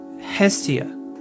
Hestia